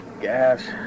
Gas